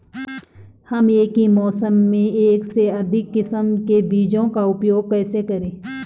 हम एक ही मौसम में एक से अधिक किस्म के बीजों का उपयोग कैसे करेंगे?